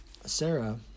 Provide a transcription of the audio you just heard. Sarah